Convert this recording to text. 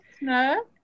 No